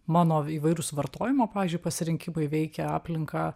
mano įvairūs vartojimo pavyzdžiui pasirinkimai veikia aplinką